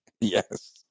Yes